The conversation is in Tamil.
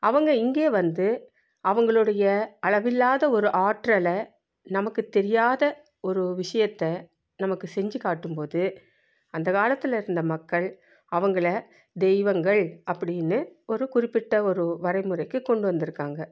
அவங்க இங்கே வந்து அவங்களுடைய அளவில்லாத ஒரு ஆற்றலை நமக்குத் தெரியாத ஒரு விஷயத்த நமக்குச் செஞ்சு காட்டும் போது அந்த காலத்தில் இருந்த மக்கள் அவங்கள தெய்வங்கள் அப்படின்னு ஒரு குறிப்பிட்ட ஒரு வரைமுறைக்குக் கொண்டு வந்துருக்காங்க